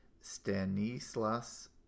Stanislas